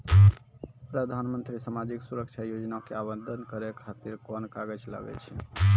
प्रधानमंत्री समाजिक सुरक्षा योजना के आवेदन करै खातिर कोन कागज लागै छै?